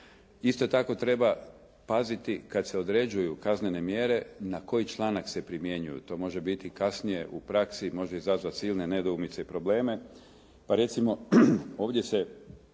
Isto tako, treba paziti kad se određuju kaznene mjere na koji članak se primjenjuju. To može biti kasnije u praksi može izazvati silne nedoumice i probleme.